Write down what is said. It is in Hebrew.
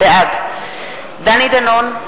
בעד דני דנון,